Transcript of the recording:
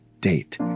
date